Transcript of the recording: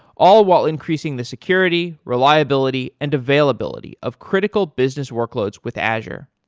all while increasing the security, reliability and availability of critical business workloads with azure.